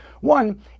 One